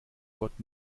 gott